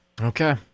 Okay